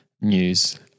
news